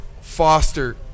Foster